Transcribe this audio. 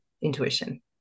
intuition